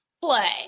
play